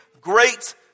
great